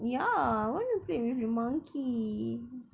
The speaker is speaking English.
ya I want to play with the monkey